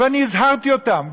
ואני הזהרתי אותם,